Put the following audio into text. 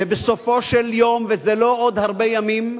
ובסופו של יום, וזה לא עוד הרבה ימים,